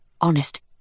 Honest